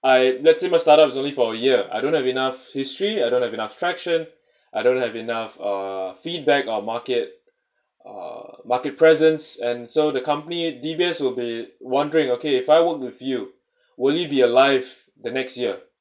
I let say my startup is only for a year I don't have enough history I don't have enough traction I don't have enough uh feedback on market uh market presence and so the company D_B_S will be wondering okay if I work with you will you be alive the next year